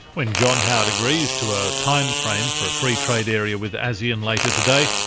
when john howard agrees to a time frame for a free trade area with asean later today,